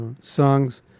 songs